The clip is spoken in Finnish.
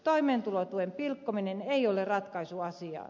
toimeentulotuen pilkkominen ei ole ratkaisu asiaan